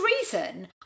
reason